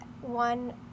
one